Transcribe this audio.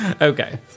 Okay